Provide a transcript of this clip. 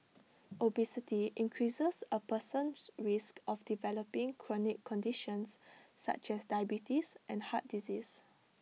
obesity increases A person's risk of developing chronic conditions such as diabetes and heart disease